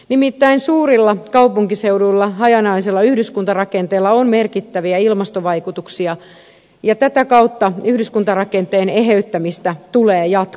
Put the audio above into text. nimittäin suurilla kaupunkiseuduilla hajanaisella yhdyskuntarakenteella on merkittäviä ilmastovaikutuksia ja tätä kautta yhdyskuntarakenteen eheyttämistä tulee jatkaa